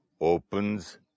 opens